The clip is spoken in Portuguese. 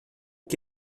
que